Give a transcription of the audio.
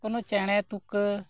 ᱠᱳᱱᱳ ᱪᱮᱬᱮ ᱛᱩᱠᱟᱹ